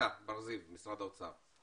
נטע בר זיו ממשרד האוצר.